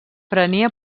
prenia